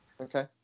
Okay